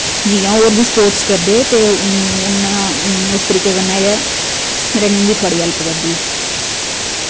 जि'यां होर बी स्पोर्ट्स करदे ते उन्ना उस तरीके गै रनिंग बी थुआढ़ी हैल्प करदी